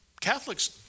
Catholics